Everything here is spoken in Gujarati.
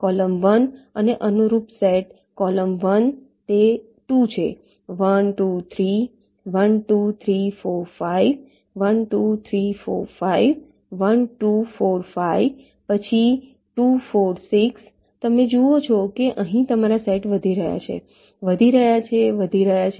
કૉલમ 1 અને અનુરૂપ સેટ કૉલમ 1 તે 2 છે 1 2 3 1 2 3 4 5 1 2 3 4 5 1 2 4 5 પછી 2 4 6 તમે જુઓ છો કે અહીં તમારા સેટ વધી રહ્યા છે વધી રહ્યા છે વધી રહ્યા છે